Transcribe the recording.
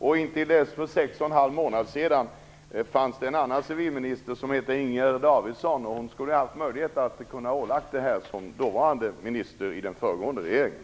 Fram till för sex och en halv månad sedan fanns det en annan civilminister vid namn Inger Davidson, och hon skulle ha haft möjlighet att ordna det här som minister i den dåvarande regeringen.